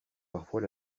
parfois